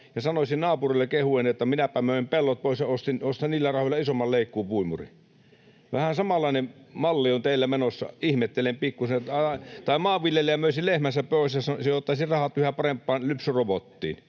ja sanoisi naapurille kehuen, että minäpä möin pellot pois ja ostan niillä rahoilla isomman leikkuupuimurin — vähän samanlainen malli on teillä menossa, mitä ihmettelen pikkusen — tai maanviljelijä möisi lehmänsä pois ja sijoittaisi rahat yhä parempaan lypsyrobottiin.